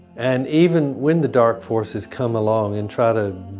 and even when the dark forces come along and try to